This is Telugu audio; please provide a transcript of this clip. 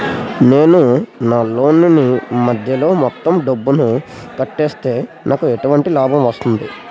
నేను నా లోన్ నీ మధ్యలో మొత్తం డబ్బును కట్టేస్తే నాకు ఎటువంటి లాభం వస్తుంది?